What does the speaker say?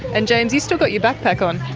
and james, you've still got your backpack on.